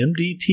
MDT